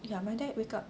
ya my dad wake up